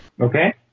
okay